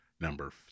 Number